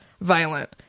violent